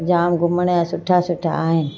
जाम घुमण जा सुठा सुठा आहिनि